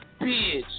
bitch